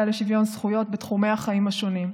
לשוויון זכויות בתחומי החיים השונים.